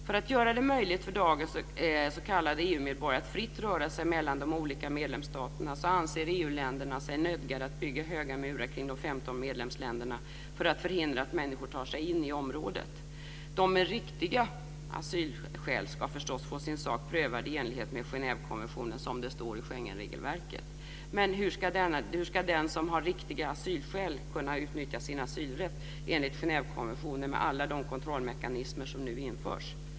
För att göra det möjligt för dagens s.k. EU medborgare att fritt röra sig mellan de olika medlemsstaterna anser EU-länderna sig nödgade att bygga höga murar kring de 15 medlemsländerna för att förhindra att människor tar sig in i området. De med "riktiga" asylskäl ska förstås få sin sak prövad i enlighet med Genèvekonventionen som det står i Schengenregelverket. Men hur ska den som har "riktiga" asylskäl kunna utnyttja sin asylrätt enligt Genèvekonventionen med alla de kontrollmekanismer som nu införs?